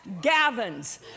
Gavin's